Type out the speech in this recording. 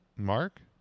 Mark